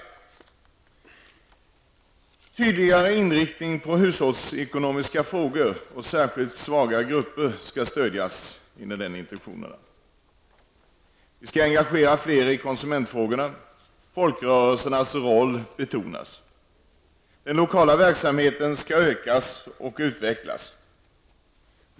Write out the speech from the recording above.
Enligt intentionerna skall det ske en tydligare inriktning på hushållsekonomiska frågor, och särskilt svaga grupper skall stödjas. Vi skall engagera fler människor i konsumentfrågorna. Och folkrörelsernas roll skall betonas. Den lokala verksamheten skall ökas och utvecklas.